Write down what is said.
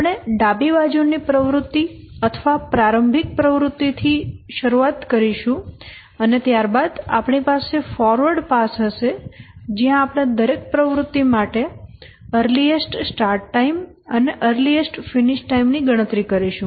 આપણે ડાબી બાજુની પ્રવૃત્તિ અથવા પ્રારંભિક પ્રવૃત્તિ થી પ્રારંભ કરીશું અને ત્યારબાદ આપણી પાસે ફોરવર્ડ પાસ હશે જ્યાં આપણે દરેક પ્રવૃત્તિ માટે અર્લીએસ્ટ સ્ટાર્ટ ટાઈમ અને અર્લીએસ્ટ ફિનિશ ટાઈમ ની ગણતરી કરીશું